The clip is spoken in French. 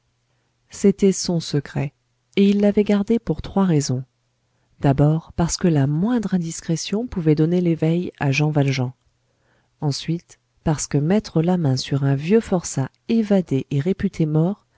c'était son secret et il l'avait gardé pour trois raisons d'abord parce que la moindre indiscrétion pouvait donner l'éveil à jean valjean ensuite parce que mettre la main sur un vieux forçat évadé et réputé mort